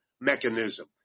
mechanism